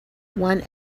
one